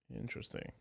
interesting